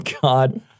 God